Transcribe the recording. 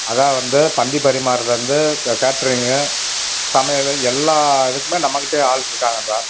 அதாவது வந்து பந்தி பரிமாறுதில் இருந்து இது கேட்ரிங்கு சமையலு எல்லாம் இதுக்குமே நம்மகிட்டயே ஆள் இருக்காங்க சார்